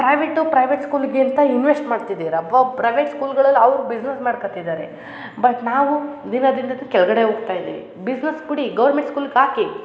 private private ಸ್ಕೂಲ್ಗೆ ಅಂತ invest ಮಾಡ್ತಿದ್ದೀರಾ ಪ್ರೈವೆಟ್ ಸ್ಕೂಲ್ಗಳಲ್ಲಿ ಅವ್ರು ಬಿಸ್ನೆಸ್ ಮಾಡ್ಕೋತಿದರೆ ಬಟ್ ನಾವು ದಿನ ದಿನಾ ಕೆಳಗಡೆ ಹೋಗ್ತಾ ಇದ್ದೀವಿ ಬಿಸ್ನಸ್ ಕೊ ಗೌರ್ಮೆಂಟ್ ಸ್ಕೂಲ್ಗೆ ಹಾಕಿ